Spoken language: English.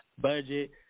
budget